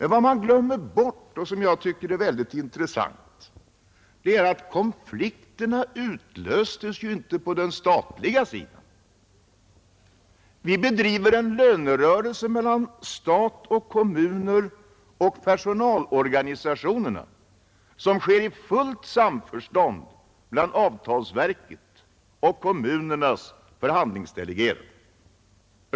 Vad man glömmer bort, men som jag tycker är väldigt intressant, är att konflikten inte utlöstes på den statliga sidan. Vi bedriver en lönerörelse mellan stat och kommuner samt personalorganisationerna som sker i fullt samförstånd mellan avtalsverket och kommunernas förhandlingdelegerade.